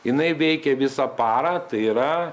jinai veikia visą parą tai yra